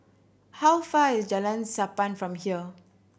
how far is Jalan Sappan from here